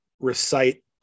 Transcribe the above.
recite